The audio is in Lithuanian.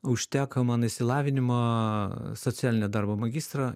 užteko man išsilavinimo socialinio darbo magistro